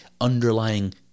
underlying